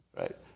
right